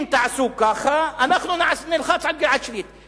אם תעשו ככה, אנחנו נלחץ על גלעד שליט.